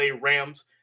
Rams